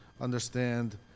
understand